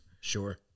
sure